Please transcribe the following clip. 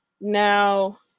now